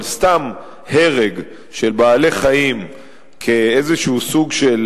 אבל סתם הרג של בעלי-חיים כאיזה סוג של